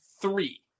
three